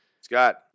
Scott